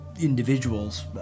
individuals